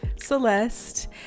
celeste